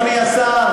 אדוני השר,